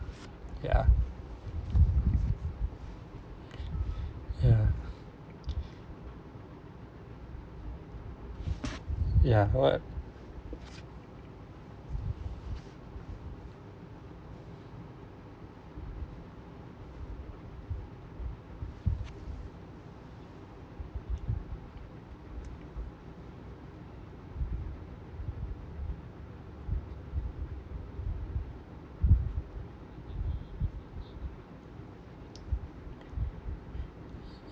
ya ya ya